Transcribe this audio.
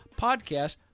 podcast